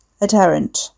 Adherent